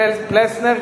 פלסנר,